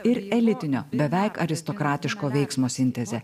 ir elitinio beveik aristokratiško veiksmo sintezė